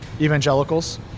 evangelicals